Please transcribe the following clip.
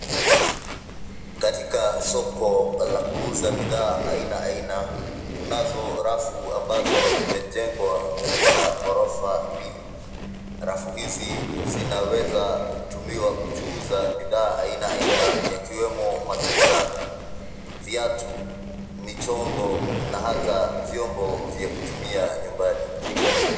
Katika soko la kuuza bidhaa aina aina. Kunazo rafu ambazo zimejengwa katika ghrorofa mbili. Rafu hizi zinaweza kutumiwa kuchuuza bidhaa aina aina yakiwemo matunda, viatu, michongo na hata vyombo vya kutumia nyumbani.